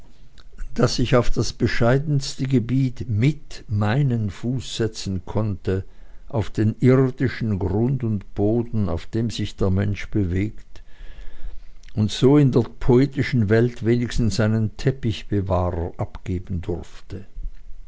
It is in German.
daß ich auf das bescheidenste gebiet mit meinen fuß setzen konnte auf den irdischen grund und boden auf dem sich der mensch bewegt und so in der poetischen welt wenigstens einen teppichbewahrer abgeben durfte